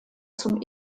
zum